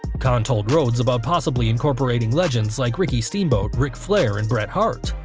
khan told rhodes about possibly incorporating legends like ricky steamboat, ric flair and bret hart,